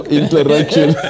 interaction